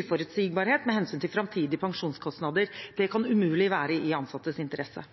uforutsigbarhet med hensyn til framtidige pensjonskostnader. Det kan umulig være i ansattes interesse.